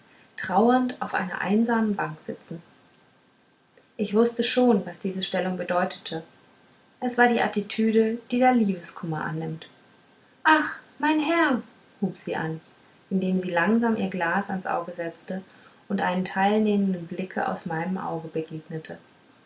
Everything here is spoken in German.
trauernd auf einer einsamen bank sitzen ich wußte schon was diese stellung bedeutete es war die attitüde die der liebeskummer annimmt ach mein herr hub sie an indem sie langsam ihr glas ans auge setzte und einem teilnehmenden blicke aus meinem auge begegnete